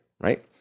right